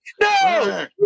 No